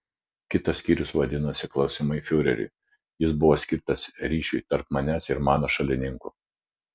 kitas skyrius vadinosi klausimai fiureriui jis buvo skirtas ryšiui tarp manęs ir mano šalininkų